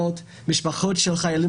המציאות הזאת היא לא קלה.